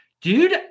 Dude